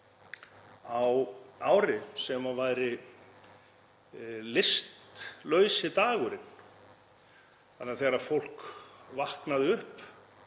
á ári sem væri listlausi dagurinn þannig að þegar fólk vaknaði upp